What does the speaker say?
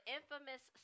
infamous –